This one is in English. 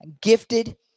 gifted